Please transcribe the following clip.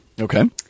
Okay